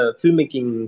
filmmaking